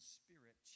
spirit